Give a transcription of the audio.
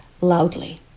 loudly